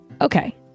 Okay